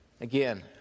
Again